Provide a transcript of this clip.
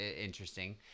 interesting